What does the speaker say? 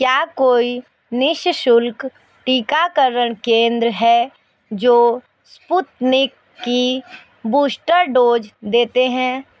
क्या कोई निःशुल्क टीकाकरण केंद्र है जो स्पुतनिक की बूस्टर डोज़ देते हैं